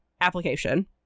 application